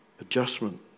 adjustment